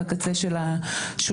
בקצה של השולחן,